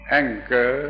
anger